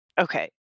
Okay